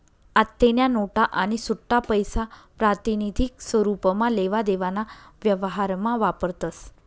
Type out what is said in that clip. आत्तेन्या नोटा आणि सुट्टापैसा प्रातिनिधिक स्वरुपमा लेवा देवाना व्यवहारमा वापरतस